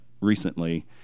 recently